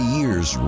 years